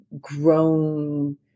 grown